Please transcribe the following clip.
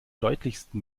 deutlichsten